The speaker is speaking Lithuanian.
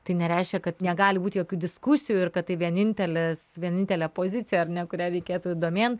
tai nereiškia kad negali būti jokių diskusijų ir kad tai vienintelis vienintelė pozicija ar ne kurią reikėtų domėn